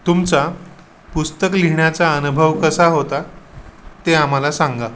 तुमचा पुस्तक लिहिण्याचा अनुभव कसा होता ते आम्हाला सांगा